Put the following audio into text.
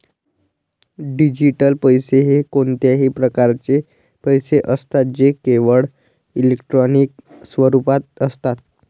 digital पैसे हे कोणत्याही प्रकारचे पैसे असतात जे केवळ इलेक्ट्रॉनिक स्वरूपात असतात